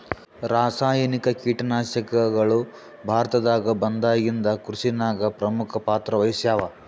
ರಾಸಾಯನಿಕ ಕೀಟನಾಶಕಗಳು ಭಾರತದಾಗ ಬಂದಾಗಿಂದ ಕೃಷಿನಾಗ ಪ್ರಮುಖ ಪಾತ್ರ ವಹಿಸ್ಯಾವ